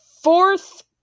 fourth